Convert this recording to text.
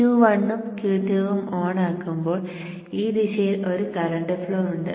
Q1 ഉം Q2 ഉം ഓണാക്കുമ്പോൾ ഈ ദിശയിൽ ഒരു കറന്റ് ഫ്ലോ ഉണ്ട്